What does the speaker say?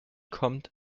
kommt